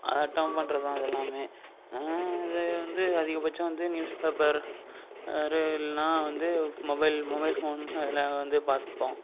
அதாட்டம் பண்ணுறது தான் அதெல்லாம் நான் இது வந்து அதிகபட்சம் வந்து நியூஸ் பேப்பர் ஒரு இல்லைனா வந்து ஃப் மொபைல் மொபைல் ஃபோன் அதில் வந்து பார்த்துப்போம்